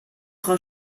frau